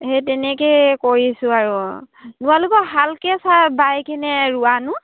সেই তেনেকেই কৰিছোঁ আৰু তোমালোকৰ হাল কেইচাহ বাই কিনে ৰোৱানো